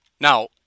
Now